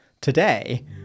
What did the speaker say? Today